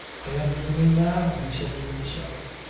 i am dreaming now, he said to himself.